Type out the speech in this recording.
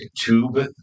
tube